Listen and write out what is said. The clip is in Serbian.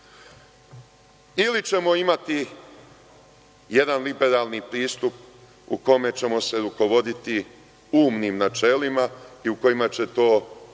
ćemo imati jedan liberalni pristup u kome ćemo se rukovoditi umnim načelima i u kojima će to sprovoditi